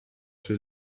für